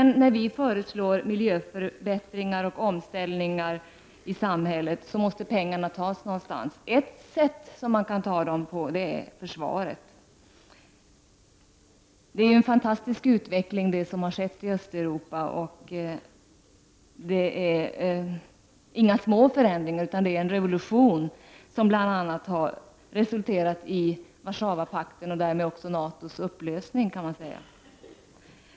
När vi föreslår miljöförbättringar och omställningar i samhället måste pengarna tas någonstans ifrån. Ett sätt är att ta dem från försvaret. Det är en fantastisk utveckling som nu har ägt rum i Östeuropa. Det är inte fråga om några små förändringar, utan om en revolution, som bl.a. har resulterat i Warszawa-paktens och därmed också, kan man säga, NATO:s upplösning.